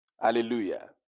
Hallelujah